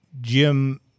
Jim